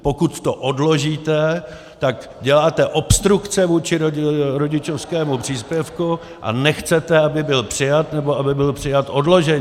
Pokud to odložíte, tak děláte obstrukce vůči rodičovskému příspěvku a nechcete, aby byl přijat, nebo aby byl přijat odloženě.